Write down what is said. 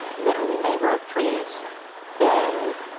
literally, mangrove trees bend,